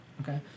okay